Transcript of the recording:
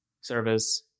service